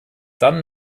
dann